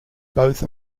both